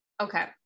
Okay